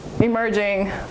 Emerging